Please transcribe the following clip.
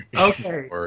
Okay